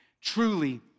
Truly